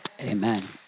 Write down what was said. Amen